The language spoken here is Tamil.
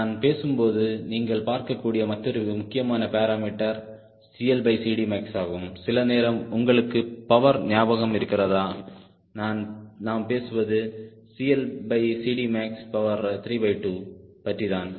நான் பேசும்போது நீங்கள் பார்க்கக் கூடிய மற்றொரு முக்கியமான பேராமீட்டர் max ஆகும் சில நேரம் உங்களுக்கு பவர் ஞாபகம் இருக்கிறதா நாம் பேசுவது max32 பற்றி தான்